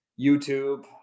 YouTube